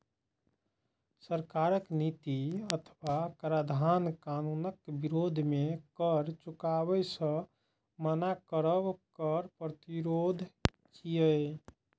सरकारक नीति अथवा कराधान कानूनक विरोध मे कर चुकाबै सं मना करब कर प्रतिरोध छियै